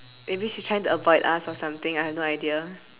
maybe she's trying to avoid us or something I have no idea